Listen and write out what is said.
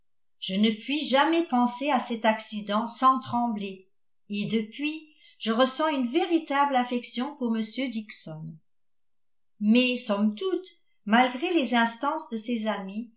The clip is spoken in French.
je ne puis jamais penser à cet accident sans trembler et depuis je ressens une véritable affection pour m dixon mais somme toute malgré les instances de ses amis